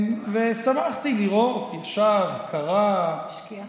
שמחתי לראות שהוא ישב, קרא, השקיע.